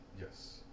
Yes